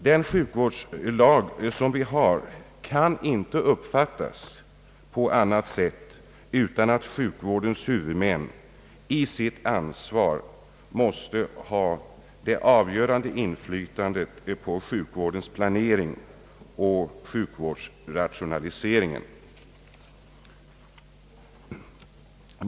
Den sjukvårdslag som vi har kan inte uppfattas på annat sätt än att sjukvårdens huvudmän med sitt ansvar måste ha det avgörande inflytandet på sjukvårdens planering och sjukvåräsrationaliseringen.